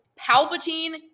Palpatine